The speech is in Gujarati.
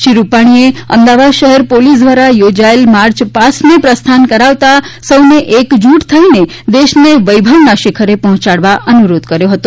શ્રી રૂપાણીએ અમદાવાદ શહેર પોલીસ દ્વારા યોજાયેલી માર્ચ પાસ્ટને પ્રસ્થાન કરાવતા સૌને એકજૂઠ થઈ દેશને વૈભવના શીખરે પહોંચાડવા અનુરોધ કર્યો હતો